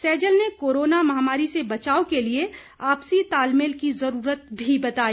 सैजल ने कोरोना महामारी से बचाव के लिए आपसी तालमेल की जरूरत भी बताई